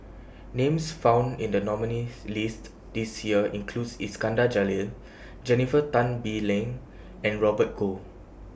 Names found in The nominees' list This Year includes Iskandar Jalil Jennifer Tan Bee Leng and Robert Goh